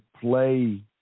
play